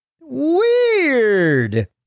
Weird